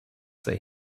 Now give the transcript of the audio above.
that